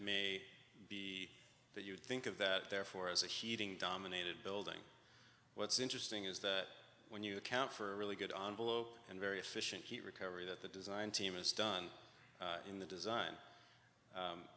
may be that you think of that therefore as a heating dominated building what's interesting is that when you account for a really good on blow and very efficient heat recovery that the design team has done in the design